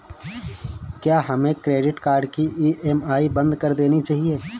क्या हमें credit card की ई.एम.आई बंद कर देनी चाहिए?